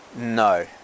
no